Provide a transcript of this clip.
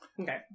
Okay